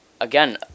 Again